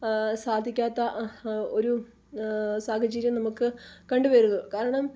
സാധിക്കാത്ത ഒരു സാഹചര്യം നമുക്ക് കണ്ടുവരുന്നു കാരണം